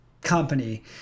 company